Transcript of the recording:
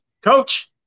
coach